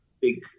big